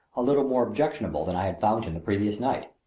a little more objectionable than i had found him the previous night.